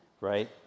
right